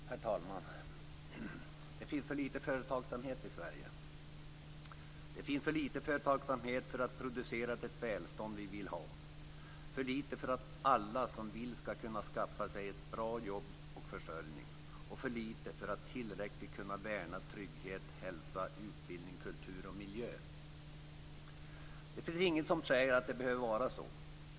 Herr talman! Det finns för litet företagsamhet i Sverige för att producera det välstånd vi vill ha, för litet för att alla som vill skall kunna skaffa sig ett bra jobb och en försörjning och för litet för att tillräckligt kunna värna trygghet, hälsa, utbildning, kultur och miljö. Det finns inget som säger att det behöver vara så.